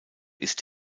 ist